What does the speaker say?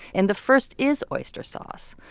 and the first is oyster sauce.